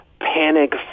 panic